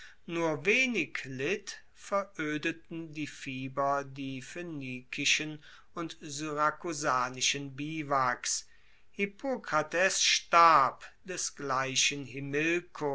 nur wenig litt veroedeten die fieber die phoenikischen und syrakusanischen biwaks hippokrates starb desgleichen